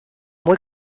muy